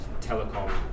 telecom